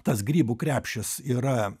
tas grybų krepšis yra